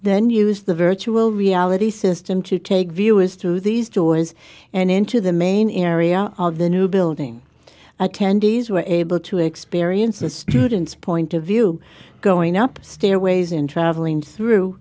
then use the virtual reality system to take viewers through these doors and into the main area of the new building attendees were able to experience the students point of view going up stairways in travelling through